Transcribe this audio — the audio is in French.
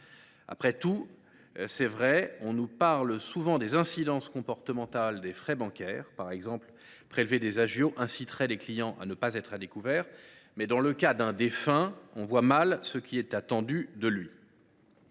décès à un client. On nous parle souvent des incidences comportementales des frais bancaires : par exemple, prélever des agios inciterait les clients à ne pas avoir un compte à découvert. Mais dans le cas d’un défunt, on voit mal ce qui est attendu de lui…